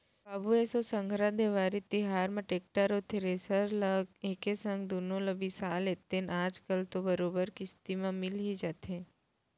बाबू एसो संघरा देवारी तिहार म टेक्टर अउ थेरेसर ल एके संग दुनो ल बिसा लेतेन आज कल तो बरोबर किस्ती म मिल ही जाथे